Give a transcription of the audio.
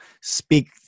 speak